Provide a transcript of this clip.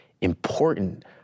important